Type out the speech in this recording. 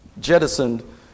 jettisoned